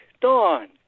dawn